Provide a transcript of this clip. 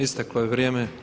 Isteklo je vrijeme.